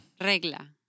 Regla